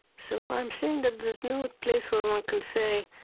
so i'm saying that there's no place where one can say,